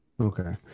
Okay